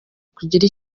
kugira